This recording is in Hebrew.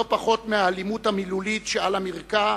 לא פחות מהאלימות המילולית שעל המרקע,